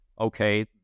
okay